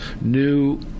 new